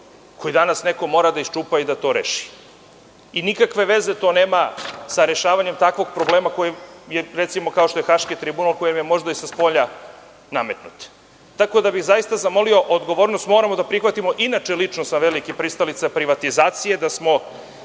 koji danas neko mora da iščupa i da to reši. Nikakve veze to nema sa rešavanjem takvog problema, recimo, kao što je Haški tribunal koji nam je možda spolja nametnut. Tako da bih zaista zamolio, odgovornost moramo da prihvatimo, inače sam lično veliki pristalica privatizacije, da smo